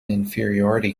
inferiority